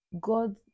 God